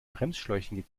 bremsschläuchen